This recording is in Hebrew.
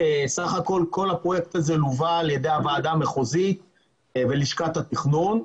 בסך הכול כל הפרויקט הזה לווה על ידי הוועדה המחוזית ולשכת התכנון.